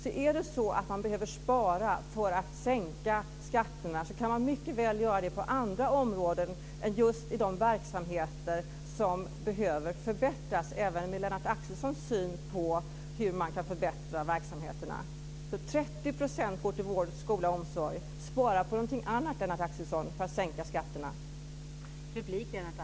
Om man behöver spara för att sänka skatterna kan man mycket väl göra det på andra områden än just i de verksamheter som behöver förbättras, även med Lennart Axelssons syn på hur man kan förbättra verksamheterna. 30 % går till skola, vård och omsorg. Spara på någonting annat, Lennart Axelsson, för att sänka skatterna!